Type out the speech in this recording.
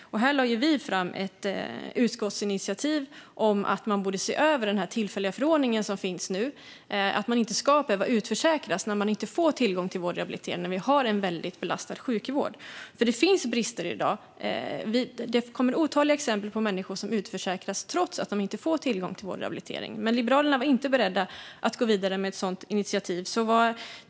Här lade vi fram ett utskottsinitiativ om att man borde se över den tillfälliga förordning som finns nu. Människor ska inte behöva utförsäkras när de inte får tillgång till vård och rehabilitering då vi har en väldigt belastad sjukvård. Det finns brister i dag; det kommer otaliga exempel på människor som utförsäkras trots att de inte får tillgång till vård och rehabilitering. Liberalerna var dock inte beredda att gå vidare med ett sådant initiativ.